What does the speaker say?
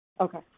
okay